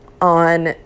on